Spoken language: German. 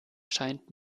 scheint